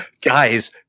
Guys